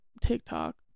TikTok